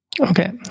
Okay